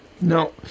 No